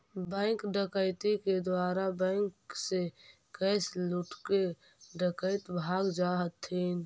bank डकैती के द्वारा बैंक से कैश लूटके डकैत भाग जा हथिन